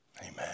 Amen